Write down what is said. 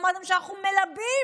אמרתם שאנחנו מלבים